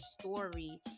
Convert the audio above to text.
story